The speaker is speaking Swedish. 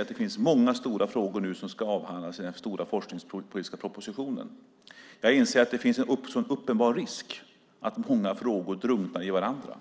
att det finns många stora frågor som ska avhandlas i den stora forskningspropositionen. Jag inser också att det finns en uppenbar risk att många frågor drunknar i varandra.